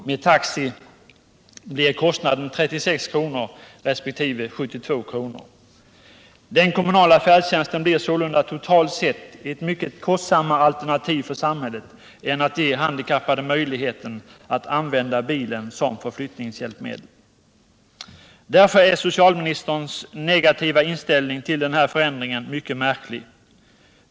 Med taxi blir kostnaden 36 resp. 72 kr. Den kommunala färdtjänsten blir sålunda totalt sett ett mycket kostsammare alternativ för samhället än att ge handikappade möjligheten att använda bilen som förflyttningshjälpmedel. Därför är socialministerns negativa inställning till den här förändringen mycket märklig.